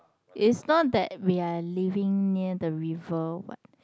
is not that we are living near the river what